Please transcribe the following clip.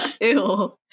Ew